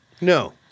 No